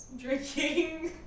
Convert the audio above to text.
Drinking